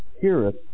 Heareth